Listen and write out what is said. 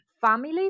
family